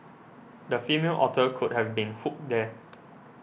the female otter could have been hooked there